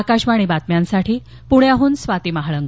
आकाशवाणी बातम्यांसाठी पुण्याहन स्वाती महाळक